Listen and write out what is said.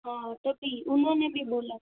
हाँ तो ठीक उन्होंने भी बोला था